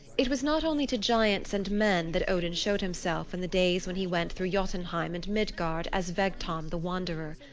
it was not only to giants and men that odin showed himself in the days when he went through jotunheim and midgard as vegtam the wanderer.